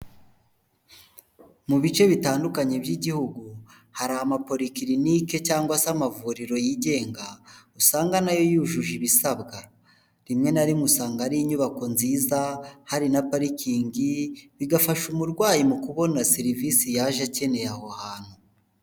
Mu bice bitandukanye by'igihugu hari amapolikilinike cyangwa se amavuriro yigenga usanga na yo yujuje ibisabwa, rimwe na rimwe usanga ari inyubako nziza, hari na parikingi, bigafasha umurwayi mu kubona serivisi yaje akeneye aho hantu.